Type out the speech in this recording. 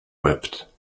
wept